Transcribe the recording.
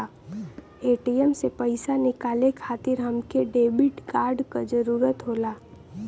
ATM से पइसा निकाले खातिर हमके डेबिट कार्ड क जरूरत होला